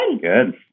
Good